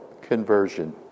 conversion